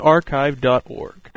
Archive.org